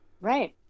Right